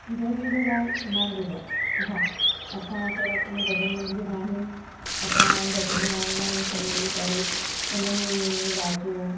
जय झूलेलाल मां दिव्या हा असांजे आसे पासे में भॼन मंडलियूं आहिनि असां भॼन ॻाईंदा आहिनि सभु मिली करे उन में वाॼो